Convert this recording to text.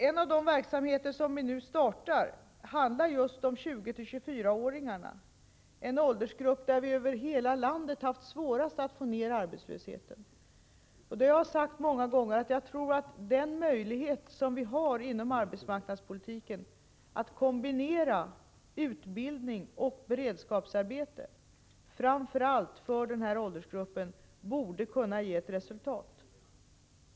En av de verksamheter som vi nu startar är avsedd just för 20-24 åringarna, en åldersgrupp i vilken vi över hela landet har haft svårast att få ned arbetslösheten. Jag har sagt det många gånger tidigare, men jag upprepar det nu: Den möjlighet som vi har att inom arbetsmarknadspoliti kens ram kombinera utbildning och beredskapsarbete, framför allt för denna åldersgrupp, borde kunna ge resultat.